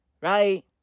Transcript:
Right